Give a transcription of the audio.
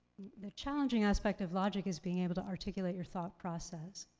the challenging aspect of logic is being able to articulate your thought process.